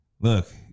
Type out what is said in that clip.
look